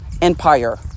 empire